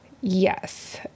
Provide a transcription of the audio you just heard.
Yes